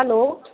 hello